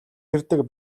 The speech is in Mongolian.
ирдэг